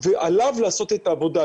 ועליו לעשות את העבודה,